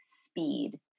speed